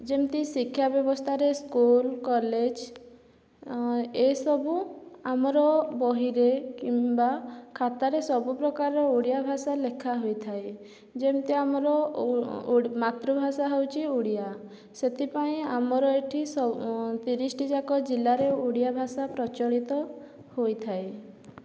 ଯେମିତି ଶିକ୍ଷା ବ୍ୟବସ୍ଥାରେ ସ୍କୁଲ କଲେଜ ଏସବୁ ଆମର ବହିରେ କିମ୍ବା ଖାତାରେ ସବୁପ୍ରକାର ଓଡ଼ିଆଭାଷା ଲେଖା ହୋଇଥାଏ ଯେମିତି ଆମର ମାତୃଭାଷା ହେଉଛି ଓଡ଼ିଆ ସେଥିପାଇଁ ଆମର ଏଇଠି ତିରିଶଟି ଯାକ ଜିଲ୍ଲାରେ ଓଡ଼ିଆଭାଷା ପ୍ରଚଳିତ ହୋଇଥାଏ